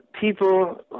people